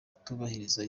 kutubahiriza